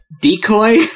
decoy